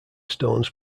stones